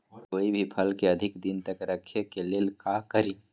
कोई भी फल के अधिक दिन तक रखे के लेल का करी?